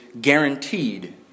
guaranteed